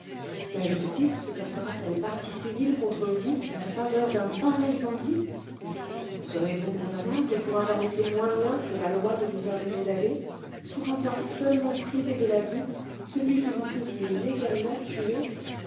la justice se portera t elle partie civile contre vous en faveur d'un pareil bandit serez-vous condamnable pour avoir été moins loin que la loi ne vous permettait d'aller pour avoir seulement privé de la vue celui que vous pouviez légalement tuer